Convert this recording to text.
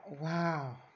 Wow